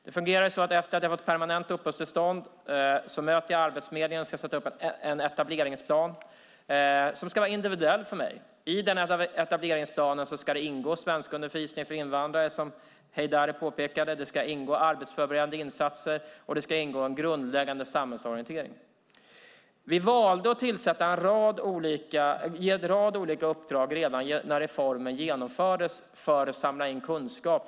Det fungerar så att efter det att man har fått permanent uppehållstillstånd möter man Arbetsförmedlingen, som ska sätta upp en etableringsplan som ska vara individuell. I denna etableringsplan ska svenskundervisning för invandrare ingå, som Heydari påpekade. Arbetsförberedande insatser och en grundläggande samhällsorientering ska också ingå. Vi valde att ge en rad olika uppdrag redan när reformen genomfördes för att samla in kunskap.